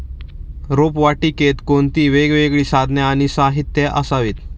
रोपवाटिकेत कोणती वेगवेगळी साधने आणि साहित्य असावीत?